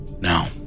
Now